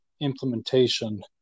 implementation